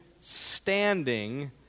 standing